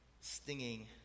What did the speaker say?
stinging